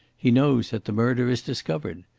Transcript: he knows that the murder is discovered.